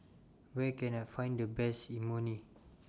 Where Can I Find The Best Imoni